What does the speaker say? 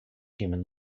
human